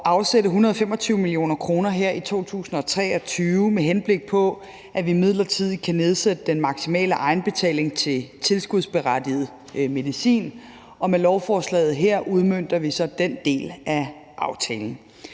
at afsætte 125 mio. kr. her i 2023, med henblik på at vi midlertidigt kan nedsætte den maksimale egenbetaling til tilskudsberettiget medicin, og med lovforslaget her udmønter vi så den del af aftalen.